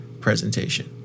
presentation